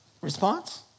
Response